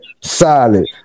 solid